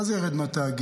מה זה ירד מהתאגיד